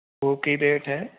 ਉਹ ਕੀ ਰੇਟ ਹੈ